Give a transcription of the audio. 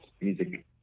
music